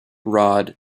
rod